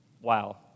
wow